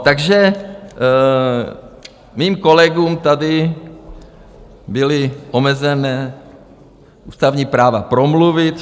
Takže mým kolegům tady byla omezena ústavní práva promluvit.